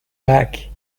back